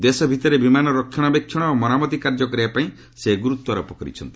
ଦେଶ ଭିତରେ ବିମାନ ରକ୍ଷଣାବେକ୍ଷଣ ଓ ମରାମତି କାର୍ଯ୍ୟ କରିବା ପାଇଁ ସେ ଗୁରୁତ୍ୱାରୋପ କରିଛନ୍ତି